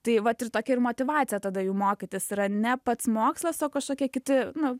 tai vat ir tokia ir motyvacija tada jų mokytis yra ne pats mokslas o kažkokie kiti nu